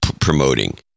promoting